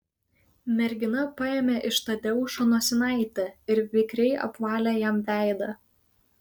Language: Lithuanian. mergina paėmė iš tadeušo nosinaitę ir vikriai apvalė jam veidą